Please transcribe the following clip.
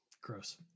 Gross